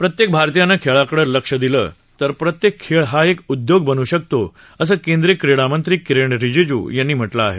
प्रत्येक भारतीयानं खेळाकडे लक्ष दिलं तर प्रत्येक खेळ हा एक उद्योग बनू शकतो असं केंद्रीय क्रीडामंत्री किरेन रिजीजू यांनी म्हटलं आहे